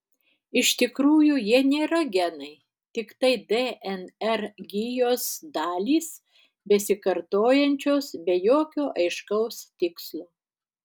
iš tikrųjų jie nėra genai tiktai dnr gijos dalys besikartojančios be jokio aiškaus tikslo